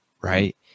right